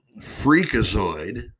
freakazoid